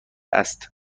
است